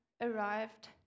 arrived